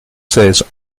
seize